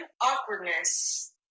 awkwardness